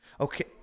Okay